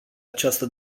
această